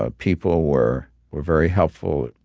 ah people were were very helpful.